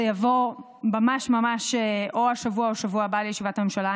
זה יבוא ממש ממש השבוע או בשבוע הבא לישיבת הממשלה.